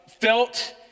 felt